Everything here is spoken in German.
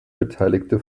beteiligte